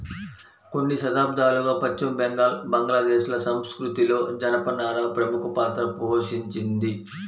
కొన్ని శతాబ్దాలుగా పశ్చిమ బెంగాల్, బంగ్లాదేశ్ ల సంస్కృతిలో జనపనార ప్రముఖ పాత్ర పోషించింది